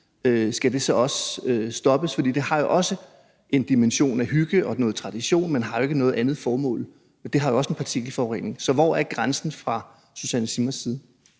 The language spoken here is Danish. Skal det så også stoppes? For det har også en dimension af hygge og af noget tradition, men det har jo ikke noget andet formål, og det giver jo også en partikelforurening. Så hvor er grænsen for fru Susanne Zimmer?